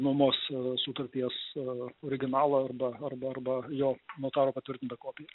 nuomos sutarties originalą arba arba arba jo notaro patvirtintą kopiją